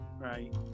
Right